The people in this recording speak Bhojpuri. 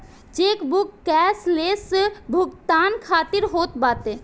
चेकबुक कैश लेस भुगतान खातिर होत बाटे